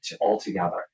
altogether